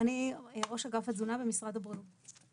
אני ראש אגף התזונה במשרד הבריאות.